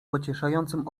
pocieszającym